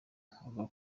avuga